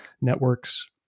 networks